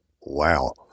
Wow